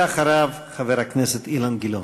ואחריו, חבר הכנסת אילן גילאון.